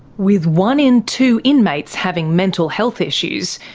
with one in two inmates having mental health issues,